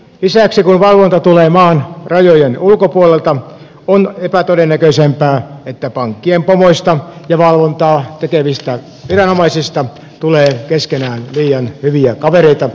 lisäksi kun valvonta tulee maan rajojen ulkopuolelta on epätodennäköisempää että pankkien pomoista ja valvontaa tekevistä viranomaisista tulee keskenään liian hyviä kavereita